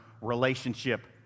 relationship